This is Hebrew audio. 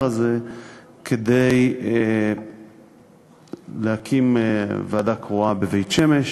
הזה כדי להקים ועדה קרואה בבית-שמש.